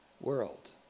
World